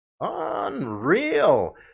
Unreal